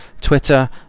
twitter